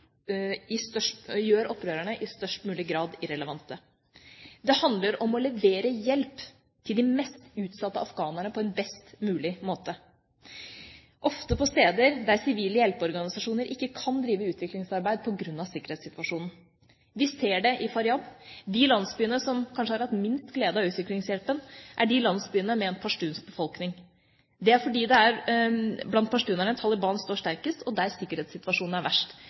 i størst mulig grad irrelevante. Det handler om å levere hjelp til de mest utsatte afghanerne på en best mulig måte, ofte på steder der sivile hjelpeorganisasjoner ikke kan drive utviklingsarbeid på grunn av sikkerhetssituasjonen. Vi ser det i Faryab. De landsbyene som kanskje har hatt minst glede av utviklingshjelpen, er de landsbyene med en pashtunsk befolkning. Det er fordi det er blant pashtunerne Taliban står sterkest, og der sikkerhetssituasjonen er verst.